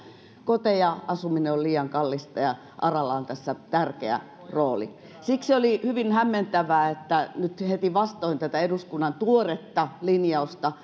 koteja asuminen on liian kallista ja aralla on tässä tärkeä rooli siksi oli hyvin hämmentävää että nyt heti vastoin tätä eduskunnan tuoretta linjausta